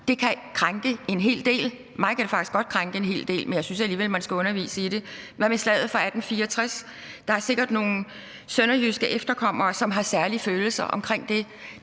Det kan krænke en hel del. Mig kan faktisk godt krænke en hel del, men jeg synes alligevel, at man skal undervise i det. Hvad med slaget i 1864? Der er sikkert nogle sønderjyske efterkommere, der har særlige følelser omkring det.